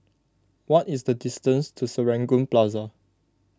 what is the distance to Serangoon Plaza